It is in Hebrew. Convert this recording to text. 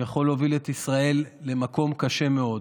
שיכול להוביל את ישראל למקום קשה מאוד.